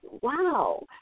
Wow